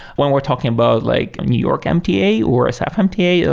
when we're talking about like new york mta or a saf mta,